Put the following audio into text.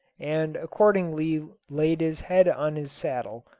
and accordingly laid his head on his saddle,